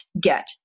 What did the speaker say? get